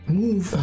move